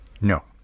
No